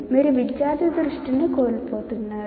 మీరు విద్యార్థి దృష్టిని కోల్పోతున్నారు